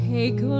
Take